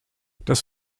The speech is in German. das